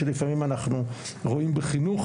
כמו שלפעמים אנחנו רואים בחינוך.